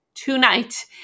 tonight